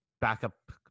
backup